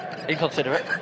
Inconsiderate